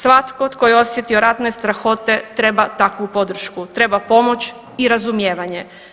Svatko tko je osjetio ratne strahote treba takvu podršku, treba pomoć i razumijevanje.